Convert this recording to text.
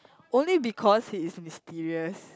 only because he is mysterious